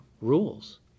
rules